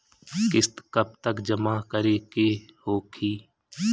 किस्त कब तक जमा करें के होखी?